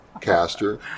Caster